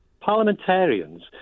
parliamentarians